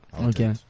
Okay